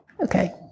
Okay